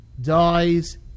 dies